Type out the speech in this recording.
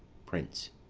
prince.